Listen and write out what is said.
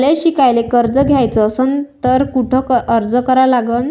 मले शिकायले कर्ज घ्याच असन तर कुठ अर्ज करा लागन?